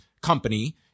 company